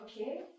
Okay